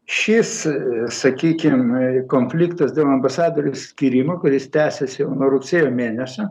šis sakykim konfliktas dėl ambasadorių skyrimo kuris tęsiasi jau nuo rugsėjo mėnesio